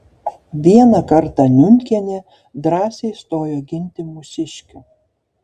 vieną kartą niunkienė drąsiai stojo ginti mūsiškių